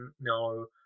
No